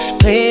play